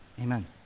Amen